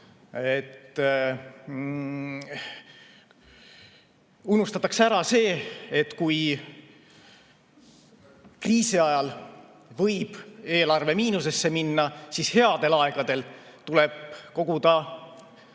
Unustatakse ära see, et kui kriisi ajal võib eelarve miinusesse minna, siis headel aegadel tuleb koguda